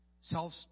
Self